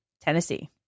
Tennessee